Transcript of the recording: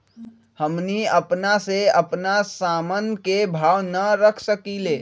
हमनी अपना से अपना सामन के भाव न रख सकींले?